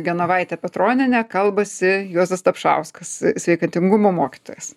genovaite petroniene kalbasi juozas dapšauskas sveikatingumo mokytojas